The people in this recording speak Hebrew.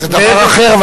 זה דבר אחר,